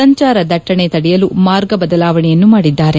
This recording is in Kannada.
ಸಂಚಾರ ದಟ್ಟಣೆ ತಡೆಯಲು ಮಾರ್ಗ ಬದಲಾವಣೆಯನ್ನು ಮಾಡಿದ್ದಾರೆ